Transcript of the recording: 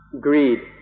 greed